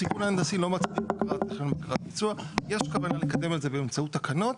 הסיכון ההנדסי לא מצריך בקרת ביצוע יש כוונה לקדם את זה באמצעות תקנות,